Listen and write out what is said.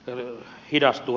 arvoisa puhemies